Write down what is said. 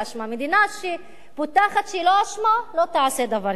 מדינה שבוטחת שהיא לא אשמה לא תעשה דבר כזה.